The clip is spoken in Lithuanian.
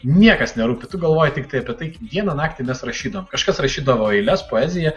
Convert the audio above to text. niekas nerūpi tu galvoji tiktai apie tai kiekvieną naktį mes rašydavom kažkas rašydavo eiles poeziją